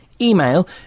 Email